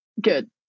good